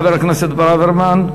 חבר הכנסת ברוורמן.